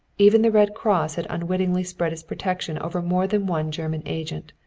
even the red cross had unwittingly spread its protection over more than one german agent.